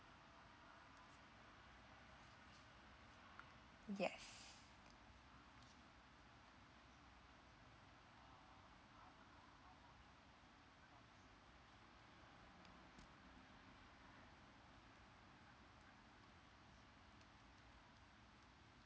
yes